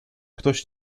ktoś